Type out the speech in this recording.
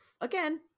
again